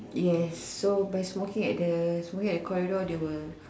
yes so by smoking at the smoking at the corridor they will